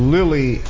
Lily